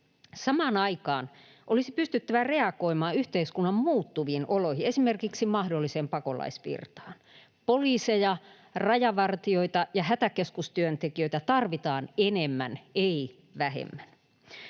Samaan aikaan olisi pystyttävä reagoimaan yhteiskunnan muuttuviin oloihin, esimerkiksi mahdolliseen pakolaisvirtaan. Poliiseja, rajavartijoita ja hätäkeskustyöntekijöitä tarvitaan enemmän, ei vähemmän.